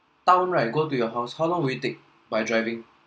town right go to your house how long will it take by driving